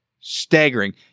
staggering